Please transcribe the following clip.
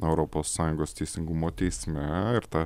europos sąjungos teisingumo teisme ir ta